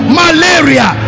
malaria